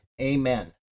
Amen